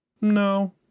No